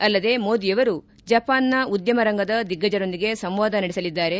ಅಲ್ಲದೆ ಮೋದಿಯವರು ಜಪಾನ್ನ ಉದ್ಲಮ ರಂಗದ ದಿಗ್ಗಜರೊಂದಿಗೆ ಸಂವಾದ ನಡೆಸಲಿದ್ದಾರೆ